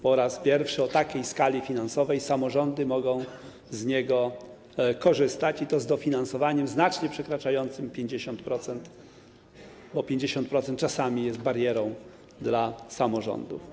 Po raz pierwszy w takiej skali finansowej samorządy mogą z niego korzystać, i to z dofinansowaniem znacznie przekraczającym 50%, bo czasami 50% jest barierą dla samorządu.